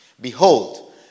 behold